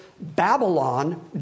Babylon